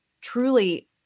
truly